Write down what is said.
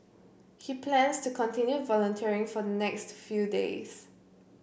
he plans to continue volunteering for the next few days